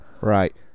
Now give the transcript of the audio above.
Right